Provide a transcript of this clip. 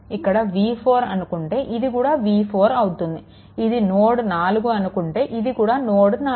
ఇక్కడ v4 అనుకుంటే ఇది కూడా v4 అవుతుంది ఇది నోడ్4 అనుకుంటే ఇది కూడా నోడ్4